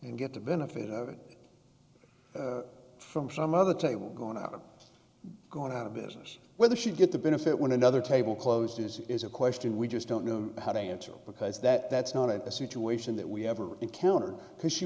and get the benefit of it from some other table going out of going out of business whether she'd get the benefit when another table closed as it is a question we just don't know how to answer because that that's not a situation that we have or encountered because she